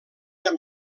amb